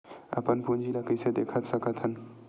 अपन पूंजी ला कइसे देख सकत हन?